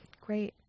Great